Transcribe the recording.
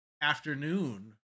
afternoon